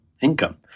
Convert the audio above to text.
income